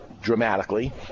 dramatically